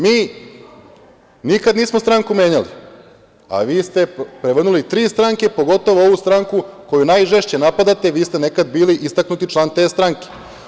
Mi nikada nismo stranku menjali, a vi ste prevrnuli tri stranke, pogotovo ovu stranku koju najžešće napadate, vi ste nekada bili istaknuti član te stranke.